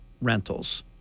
rentals